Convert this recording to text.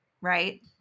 right